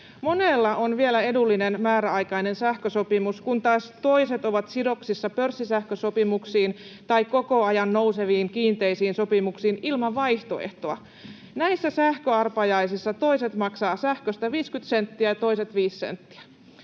monella on vielä edullinen määräaikainen sähkösopimus, kun taas toiset ovat sidoksissa pörssisähkösopimuksiin tai koko ajan nouseviin kiinteisiin sopimuksiin ilman vaihtoehtoa. Näissä sähköarpajaisissa toiset maksavat sähköstä 50 senttiä ja toiset 5 senttiä.